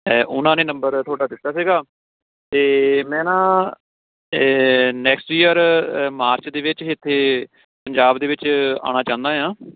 ਉਹਨਾਂ ਨੇ ਨੰਬਰ ਤੁਹਾਡਾ ਦਿੱਤਾ ਸੀਗਾ ਅਤੇ ਮੈਂ ਨਾ ਨੈਕਸਟ ਯੀਅਰ ਮਾਰਚ ਦੇ ਵਿੱਚ ਇੱਥੇ ਪੰਜਾਬ ਦੇ ਵਿੱਚ ਆਉਣਾ ਚਾਹੁੰਦਾ ਹਾਂ